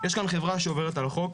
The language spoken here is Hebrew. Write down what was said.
יש כאן חברה שעוברת על החוק,